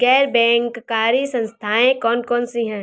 गैर बैंककारी संस्थाएँ कौन कौन सी हैं?